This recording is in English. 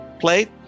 plate